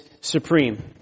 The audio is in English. supreme